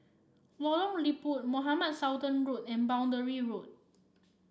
Lorong Liput Mohamed Sultan Road and Boundary Road